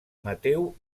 mateu